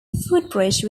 footbridge